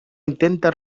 intenta